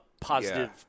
positive